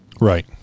Right